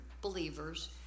believers